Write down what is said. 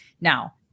Now